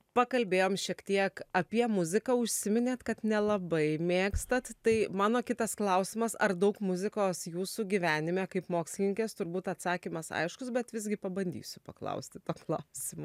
pakalbėjom šiek tiek apie muziką užsiminėt kad nelabai mėgstat tai mano kitas klausimas ar daug muzikos jūsų gyvenime kaip mokslininkės turbūt atsakymas aiškus bet visgi pabandysiu paklausti to klausimo